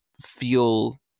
feel